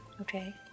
Okay